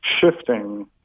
shifting